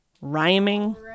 rhyming